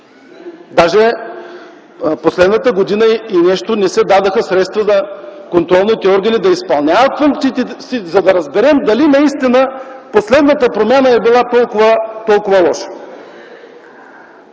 през последната година и нещо не се дадоха средства контролните органи да изпълняват функциите си, за да разберем дали наистина последната промяна е била толкова лоша.